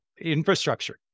infrastructure